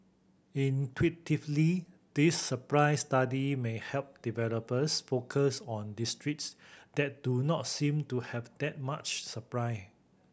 intuitively this supply study may help developers focus on districts that do not seem to have that much supply